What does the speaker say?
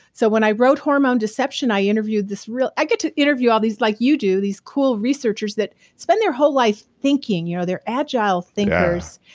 so when i wrote hormone deception, i interviewed this real. i get to interview all these, like you do, these cool researchers that spend their whole life thinking. you know they're agile thinkers.